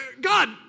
God